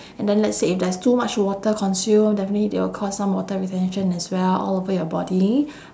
and then let's say if there's too much water consume definitely they will cause some water retention as well all over your body